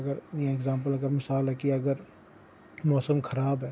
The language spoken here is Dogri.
जि''यां एग्ज़ैम्पल अगर मिसाल लैचे अगर मौसम खराब ऐ